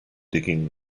digging